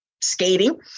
skating